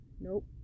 nope